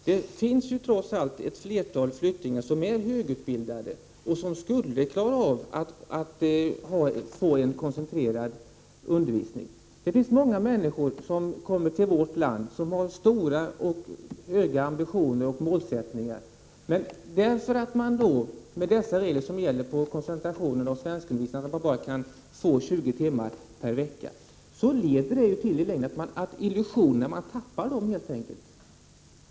Det finns trots allt ett flertal flyktingar som är högutbildade och skulle kunna klara av en koncentrerad undervisning. Många av de människor som kommer till vårt land har stora och höga ambitioner och målsättningar. Men de regler som gäller för koncentrationen av svenskundervisningen, bara 20 timmar per vecka, leder till att man tappar alla illusioner.